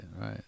right